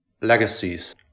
legacies